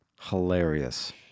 Hilarious